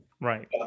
Right